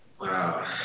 Wow